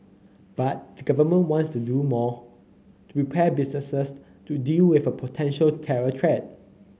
but the Government wants to do more to prepare businesses to deal with a potential terror threat